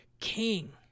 king